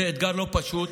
זה אתגר לא פשוט,